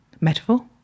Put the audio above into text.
Metaphor